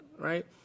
right